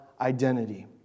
identity